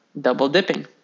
double-dipping